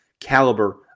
caliber